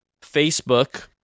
Facebook